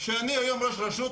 כשאני היום ראש רשות,